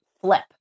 flip